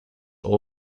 all